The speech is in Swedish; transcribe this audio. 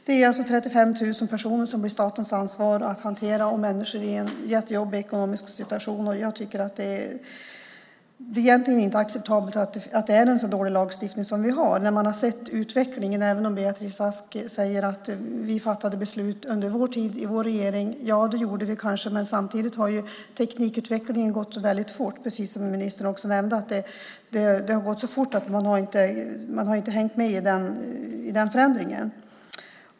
Det är alltså 35 000 personer som blir statens ansvar att hantera, och människor är i en jättejobbig ekonomisk situation. Jag tycker att det egentligen inte är acceptabelt att vi har en så dålig lagstiftning som vi har, när man har sett utvecklingen. Beatrice Ask säger att vi fattade beslut under vår regeringstid. Ja, det gjorde vi kanske, men samtidigt har teknikutvecklingen gått väldigt fort, precis som ministern också nämnde. Det har gått så fort att man inte har hängt med i den förändringen.